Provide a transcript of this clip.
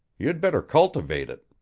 you'd better cultivate it.